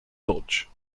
dutch